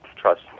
trust